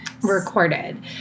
recorded